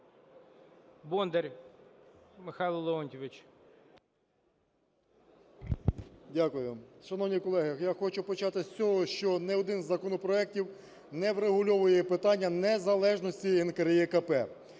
БОНДАР М.Л. Дякую. Шановні колеги, я хочу почати з того, що не один з законопроектів не врегульовує питання незалежності НКРЕКП.